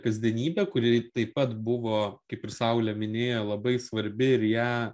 kasdienybę kuri taip pat buvo kaip ir saulė minėjo labai svarbi ir ją